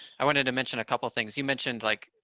i wanted to mention a couple things. you mentioned like,